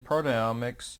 proteomics